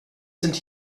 sind